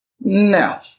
No